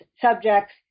subjects